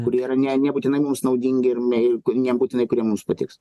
kurie yra ne nebūtinai mums naudingi ir kurie nebūtinai kurie mums patiks